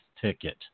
ticket